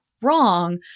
wrong